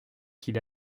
qu’ils